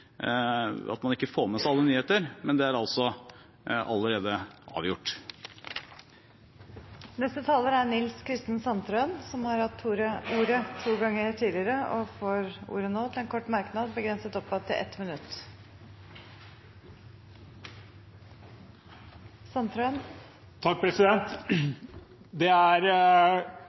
at man ikke får med seg alle nyheter, men det er altså allerede avgjort. Representanten Nils Kristen Sandtrøen har hatt ordet to ganger tidligere og får ordet til en kort merknad, begrenset til 1 minutt. Det er